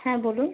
হ্যাঁ বলুন